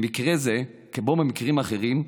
במקרה זה, כמו במקרים אחרים,